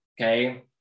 okay